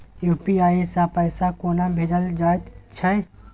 UPI सँ पैसा कोना भेजल जाइत छै?